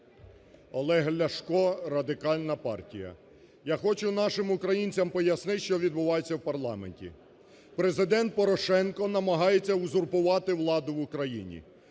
Олег Ляшко, Радикальна партія. Я хочу нашим українцям пояснити, що відбувається в парламенті. Президент Порошенко намагається узурпувати владу в Україні,